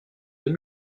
deux